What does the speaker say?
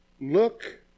Look